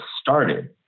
started